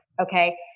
okay